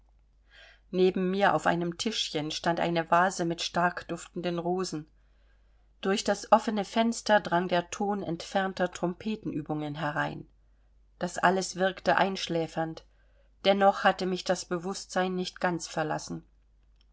neben mir auf einem tischchen stand eine vase mit stark duftenden rosen durch das offene fenster drang der ton entfernter trompetenübungen herein das alles wirkte einschläfernd dennoch hatte mich das bewußtsein nicht ganz verlassen